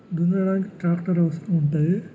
దున్నడానికి ట్రాక్టర్ అవసరం ఉంటుంది